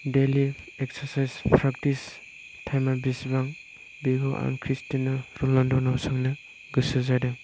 daily exercise practice टाइमा बेसेबां बेखौ आं क्रिस्टियान' रनालद' नाव सोंनो गोसो जादों